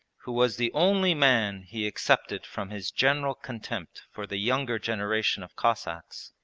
who was the only man he excepted from his general contempt for the younger generation of cossacks.